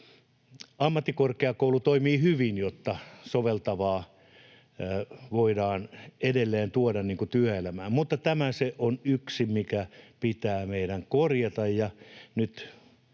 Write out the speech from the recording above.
ammattikorkeakoulu toimii hyvin, niin että soveltavaa voidaan edelleen tuoda työelämään, mutta tämä on se yksi, mikä pitää meidän korjata,